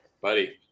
Buddy